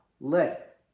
let